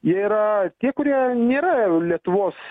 jie yra tie kurie nėra lietuvos